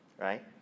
right